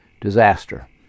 Disaster